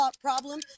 problem